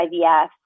IVF